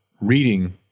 reading